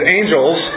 angels